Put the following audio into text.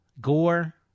Gore